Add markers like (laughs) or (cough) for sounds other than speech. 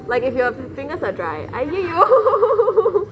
like if your fingers are dry !aiyoyo! (laughs)